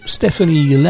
Stephanie